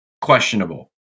Questionable